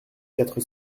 quatre